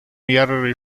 mehrere